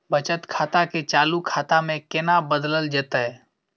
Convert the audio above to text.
बचत खाता के चालू खाता में केना बदलल जेतै?